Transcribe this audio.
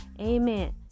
Amen